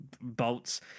bolts